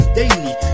daily